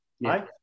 right